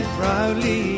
proudly